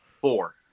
Four